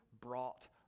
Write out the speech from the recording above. brought